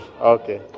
Okay